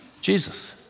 Jesus